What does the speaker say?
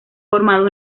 formado